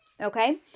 okay